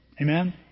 Amen